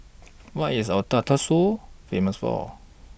What IS Ouagadougou Famous For